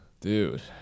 dude